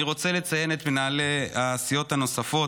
אני רוצה לציין את מנהלי הסיעות הנוספות,